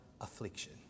affliction